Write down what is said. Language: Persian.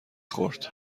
خورد